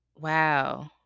wow